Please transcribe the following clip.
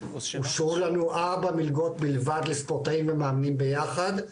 אושרו לנו ארבע מלגות בלבד לספורטאים ומאמנים ביחד,